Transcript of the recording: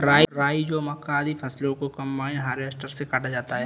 राई, जौ, मक्का, आदि फसलों को कम्बाइन हार्वेसटर से काटा जाता है